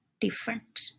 different